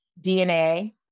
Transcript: DNA